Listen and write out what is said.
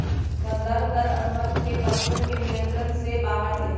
संदर्भ दर अनुबंध के पक्षवन के नियंत्रण से बाहर हई